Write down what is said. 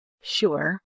Sure